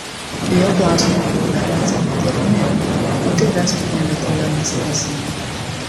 į jo klausimą buvo galima atsakyti ir ne o tai vestų į negatyvią mąstyseną